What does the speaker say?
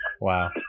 Wow